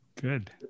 Good